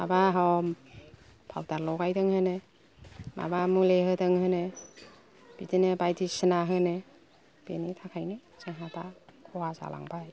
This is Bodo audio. माबा ह फावदार लगायदों होनो माबा मुलि होदों होनो बिदिनो बायदिसिना होनो बेनि थाखायनो जोंहा दा खहा जालांबाय